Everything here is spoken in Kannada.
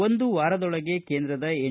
ಒಂದು ವಾರದೊಳಗೆ ಕೇಂದ್ರದ ಎನ್